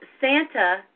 Santa